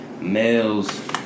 males